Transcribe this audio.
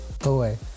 away